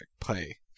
play